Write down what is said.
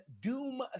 doom